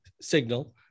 signal